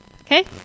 Okay